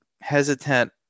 hesitant